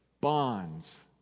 bonds